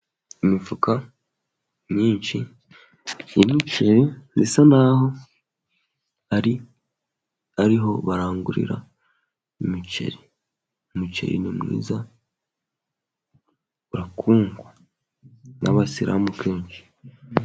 Imifuka myinshi y'imiceri, isa n'aho ari ho barangurira imiceri. Umuceri ni mwiza urakundwa n'abasilamu kenshi.